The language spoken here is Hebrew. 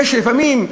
לפעמים,